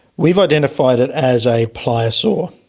we've identified it as a pliosaur,